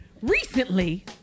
Recently